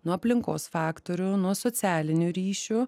nuo aplinkos faktorių nuo socialinių ryšių